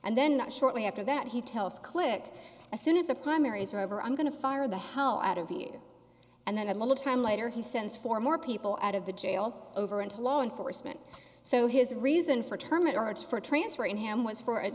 and then shortly after that he tells click as soon as the primaries are over i'm going to fire the hell out of you and then a little time later he sends four more people out of the jail over into law enforcement so his reason for term of art for transferring him was for a